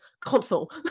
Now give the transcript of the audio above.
console